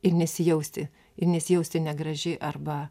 ir nesijausti ir nesijausti negraži arba